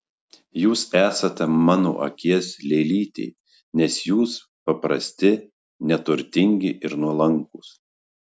jūs esate mano akies lėlytė nes jūs paprasti neturtingi ir nuolankūs